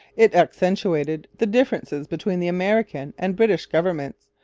it accentuated the differences between the american and british governments,